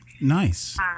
Nice